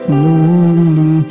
lonely